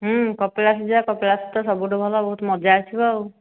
କପିଳାସ ଯିବା କପିଳାସ ତ ସବୁଠୁ ଭଲ ବହୁତ ମଜା ଆସିବ ଆଉ